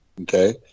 okay